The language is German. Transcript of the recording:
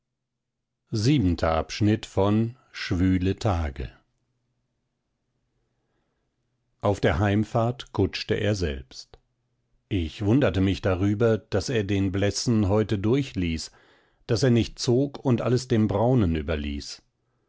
auf der heimfahrt kutschte er selbst ich wunderte mich darüber daß er den blessen heute durchließ daß er nicht zog und alles dem braunen überließ